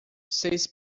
seis